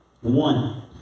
One